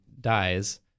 dies